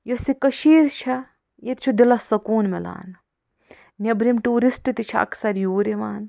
یُس یہِ کٔشیٖر چھےٚ ییٚتہِ چھُ دِلس سکوٗن مِلان نٮ۪برِم ٹورسٹ تہِ چھِ اکثر یور یِوان